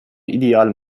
ideale